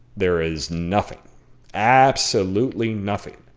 there is nothing absolutely nothing.